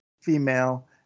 female